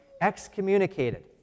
excommunicated